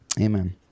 Amen